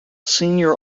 senior